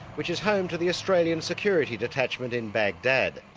which is home to the australian security detachment in baghdad.